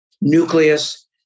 nucleus